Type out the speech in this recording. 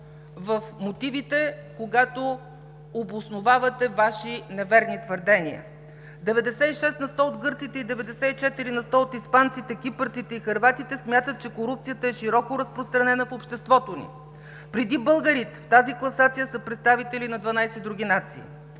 в мотивите, когато обосновавате Ваши неверни твърдения. Деветдесет и шест на сто от гърците и 94 на сто от испанците, кипърците и хърватите смятат, че корупцията е широко разпространена в обществото ни. Преди българите в тази класация са представители на 12 други нации.